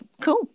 cool